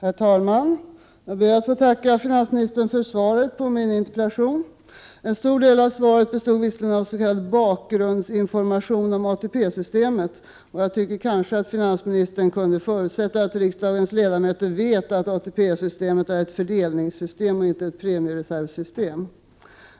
Herr talman! Jag ber att få tacka finansministern för svaret på min interpellation. En stor del av svaret består av s.k. bakgrundsinformation om ATP systemet. Jag tycker kanske att finansministern kunde förutsätta att riksdagens ledamöter vet att ATP-systemet är ett fördelningssystem och inte ett premiereservsystem.